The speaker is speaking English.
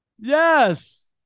Yes